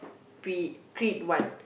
pre~ Creed one